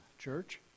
church